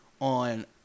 on